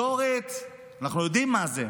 תקשורת, אנחנו יודעים מה זה.